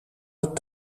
het